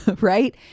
right